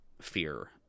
fear